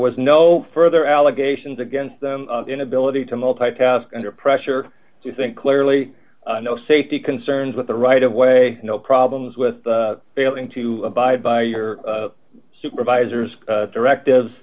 was no further allegations against them inability to multi task under pressure to think clearly no safety concerns with the right of way no problems with failing to abide by your supervisor's directive